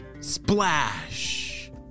Splash